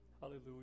Hallelujah